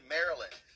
Maryland